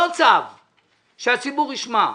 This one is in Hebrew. לא צו שהציבור ישמע.